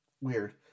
Weird